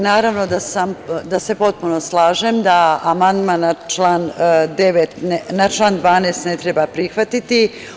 Naravno da se potpuno slažem da amandman na član 12. ne treba prihvatiti.